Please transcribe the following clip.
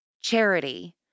charity